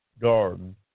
garden